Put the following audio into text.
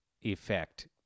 effect